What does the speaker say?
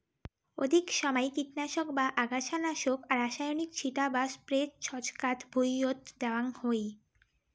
অধিক সমাই কীটনাশক বা আগাছানাশক রাসায়নিক ছিটা বা স্প্রে ছচকাত ভুঁইয়ত দ্যাওয়াং হই